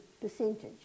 percentage